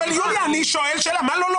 אבל אני שואל שאלה, מה לא?